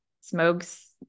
smokes